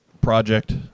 project